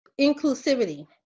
inclusivity